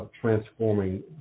transforming